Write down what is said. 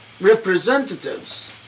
representatives